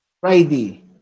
friday